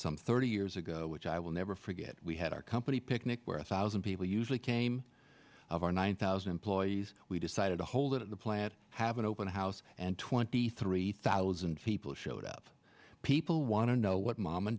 some thirty years ago which i will never forget we had our company picnic where a thousand people usually came of our nine thousand employees we decided to hold at the plant have an open house and twenty three thousand people showed up people want to know what mom and